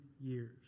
years